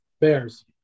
Bears